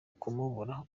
kumubura